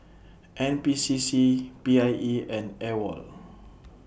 N P C C P I E and AWOL